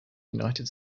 united